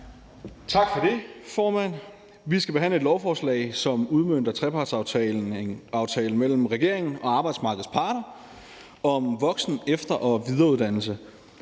Tak for det, formand. Vi skal behandle et lovforslag, som udmønter trepartsaftalen mellem regeringen og arbejdsmarkedets parter om voksen-, efter- og videreuddannelse.